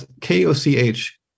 k-o-c-h